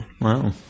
Wow